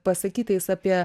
pasakytais apie